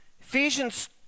Ephesians